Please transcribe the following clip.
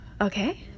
okay